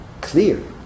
clear